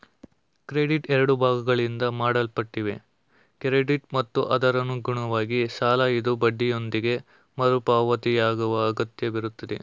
credit ಎರಡು ಭಾಗಗಳಿಂದ ಮಾಡಲ್ಪಟ್ಟಿದೆ ಕ್ರೆಡಿಟ್ ಮತ್ತು ಅದರಅನುಗುಣವಾದ ಸಾಲಇದು ಬಡ್ಡಿಯೊಂದಿಗೆ ಮರುಪಾವತಿಯಅಗತ್ಯವಿರುತ್ತೆ